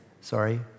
sorry